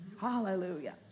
Hallelujah